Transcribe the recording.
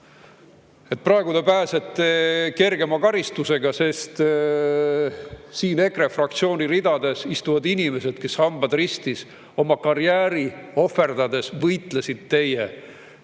Praegu te pääsete kergema karistusega, sest siin EKRE fraktsiooni ridades istuvad inimesed, kes, hambad ristis, oma karjääri ohverdades võitlesid teie